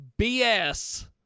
BS